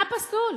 מה פסול?